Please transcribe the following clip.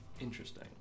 interesting